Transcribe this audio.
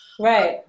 Right